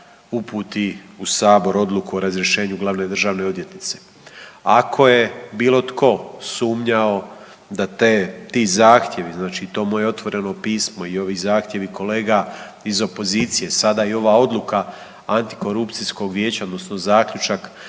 uputi u Sabor odluku o razrješenju glavne državne odvjetnice. Ako je bilo tko sumnjao da ti zahtjevi znači to moje otvoreno pismo i ovi zahtjevi kolega iz opozicije sada i ova odluka Antikorupcijskog vijeća odnosno zaključak